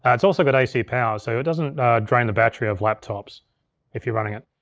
it's also got ac power, so it doesn't drain the battery of laptops if you're running it.